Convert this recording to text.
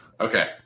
okay